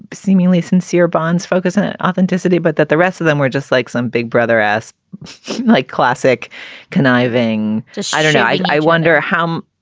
seemingly sincere bonds focus on authenticity, but that the rest of them were just like some big brother s like classic conniving decided. i wonder how.